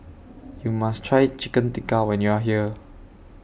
YOU must Try Chicken Tikka when YOU Are here